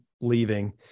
leaving